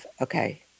Okay